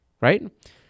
right